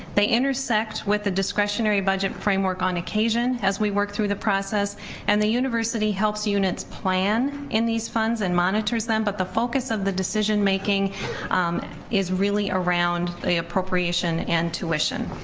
they intersect with the discretionary budget framework on occasion, as we work through the process and the university helps units plan in these funds and monitors them, but the focus of the decision making is really around the appropriation and tuition.